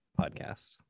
podcast